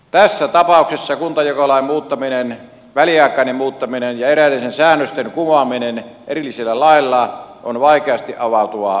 tässä tapauksessa kuntajakolain muuttaminen väliaikainen muuttaminen ja sen eräiden säännösten kuvaaminen erillisillä laeilla on vaikeasti avautuva kokonaisuus